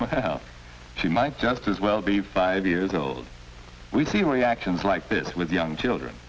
r she might just as well be five years old we see reactions like this with young children